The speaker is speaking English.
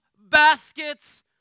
baskets